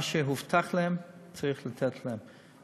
מה שהובטח להם, צריך לתת להם.